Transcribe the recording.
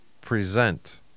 Present